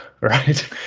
right